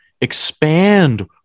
expand